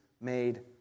made